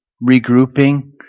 regrouping